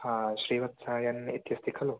हा श्रीवत्सः एन् इति अस्ति खलु